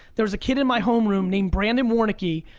there was a kid in my homeroom named brandon warnke,